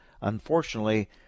unfortunately